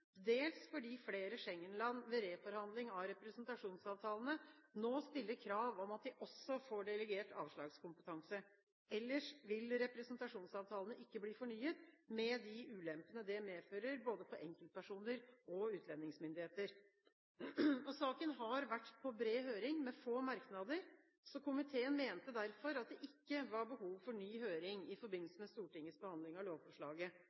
dels fordi flere Schengen-land ved reforhandling av representasjonsavtalene nå stiller krav om at de også får delegert avslagskompetanse, ellers vil representasjonsavtalene ikke bli fornyet, med de ulempene det medfører, både for enkeltpersoner og for utlendingsmyndigheter. Saken har vært på bred høring, med få merknader. Komiteen mente derfor at det ikke var behov for ny høring i forbindelse med Stortingets behandling av lovforslaget.